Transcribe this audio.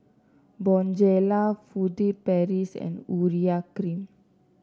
Bonjela Furtere Paris and Urea Cream